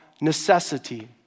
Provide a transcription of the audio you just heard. necessity